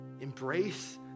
Embrace